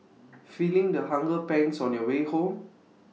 feeling the hunger pangs on your way home